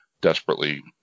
desperately